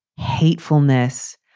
hatefulness,